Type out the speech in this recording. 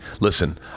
Listen